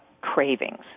cravings